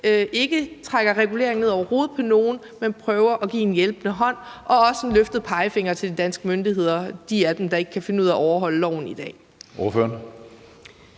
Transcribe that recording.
ikke trækker regulering ned over hovedet på nogen, men prøver at give en hjælpende hånd og også en løftet pegefinger til de af de danske myndigheder, der ikke kan finde ud af at overholde loven i dag.